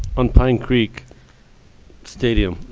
on pine creek stadium,